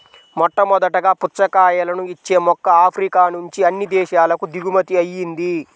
మొట్టమొదటగా పుచ్చకాయలను ఇచ్చే మొక్క ఆఫ్రికా నుంచి అన్ని దేశాలకు దిగుమతి అయ్యింది